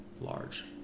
large